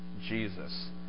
Jesus